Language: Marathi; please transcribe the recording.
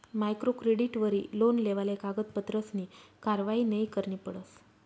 मायक्रो क्रेडिटवरी लोन लेवाले कागदपत्रसनी कारवायी नयी करणी पडस